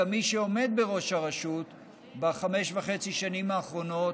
גם מי שעומד בראש הרשות בחמש וחצי השנים האחרונות